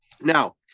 Now